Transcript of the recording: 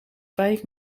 vijf